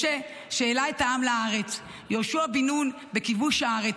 משה שהעלה את העם לארץ, יהושע בן נון בכיבוש הארץ,